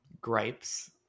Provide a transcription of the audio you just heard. gripes